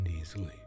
easily